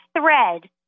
thread